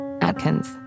Atkins